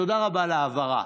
תודה רבה על ההבהרה.